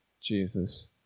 Jesus